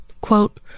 quote